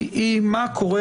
ומה קורה